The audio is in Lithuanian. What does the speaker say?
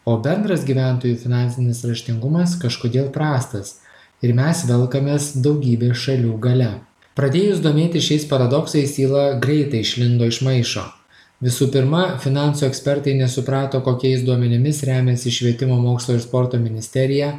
o bendras gyventojų finansinis raštingumas kažkodėl prastas ir mes velkamės daugybės šalių gale pradėjus domėtis šiais paradoksais yla greitai išlindo iš maišo visų pirma finansų ekspertai nesuprato kokiais duomenimis remiasi švietimo mokslo ir sporto ministerija